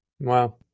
Wow